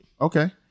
Okay